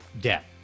debt